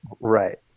Right